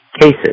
cases